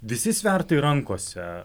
visi svertai rankose